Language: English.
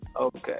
okay